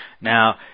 Now